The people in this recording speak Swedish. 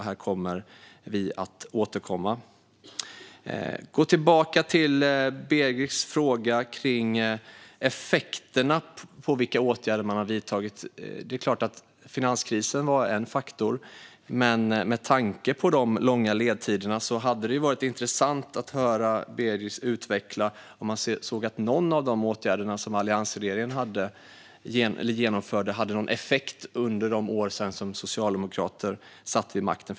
Här kommer vi att återkomma. Jag går tillbaka till Begics fråga om effekterna av de åtgärder som vidtagits. Det är klart att finanskrisen var en faktor. Med tanke på de långa ledtiderna hade det varit intressant att höra Begic utveckla om man såg att någon av de åtgärder som alliansregeringen genomförde hade någon effekt under de år som Socialdemokraterna sedan satt vid makten.